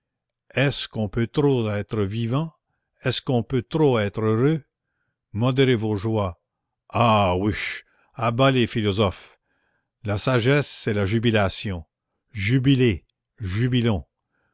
est-ce qu'on peut trop être vivant est-ce qu'on peut trop être heureux modérez vos joies ah ouiche à bas les philosophes la sagesse c'est la jubilation jubilez jubilons